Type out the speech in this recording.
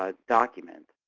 ah document,